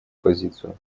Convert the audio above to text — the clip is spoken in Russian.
позицию